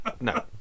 No